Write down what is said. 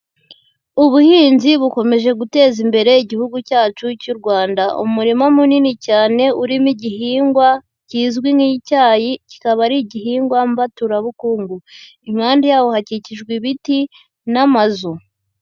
Ubuhinzi bukomeje guteza imbere igihugu cyacu cy'u Rwanda, umurima munini cyane urimo igihingwa kizwi nk'icyayi kikaba ari igihingwa mbaturabukungu, impande yaho hakikijwe ibiti n'amazu.